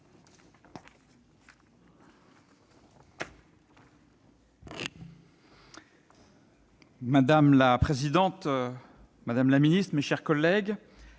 Madame la présidente, madame la ministre, mes chers collègues,